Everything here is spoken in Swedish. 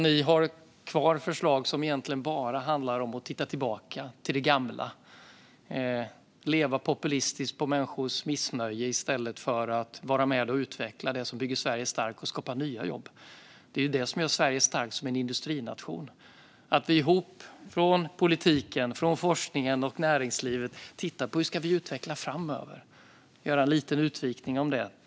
Ni har kvar förslag som bara handlar om att titta tillbaka på det gamla och leva populistiskt på människors missnöje i stället för att vara med och utveckla det som bygger Sverige starkt och skapar nya jobb. Att vi ihop från politiken, forskningen och näringslivet tittar på hur vi ska utveckla framöver är det som gör Sverige starkt som industrination. Jag ska göra en liten utvikning om detta.